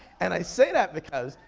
and i say that because,